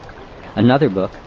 another book,